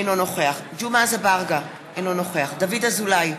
אינו נוכח ג'מעה אזברגה, אינו נוכח דוד אזולאי,